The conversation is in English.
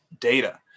data